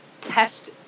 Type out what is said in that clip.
test